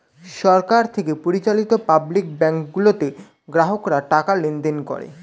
সরকার থেকে পরিচালিত public bank গুলোতে গ্রাহকরা টাকা লেনদেন করে